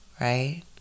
right